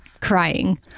crying